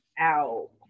out